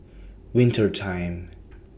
Winter Time